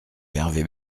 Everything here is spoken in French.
hervé